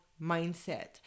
mindset